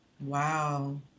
Wow